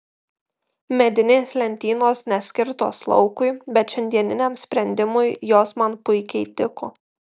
medinės lentynos neskirtos laukui bet šiandieniniam sprendimui jos man puikiai tiko